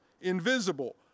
invisible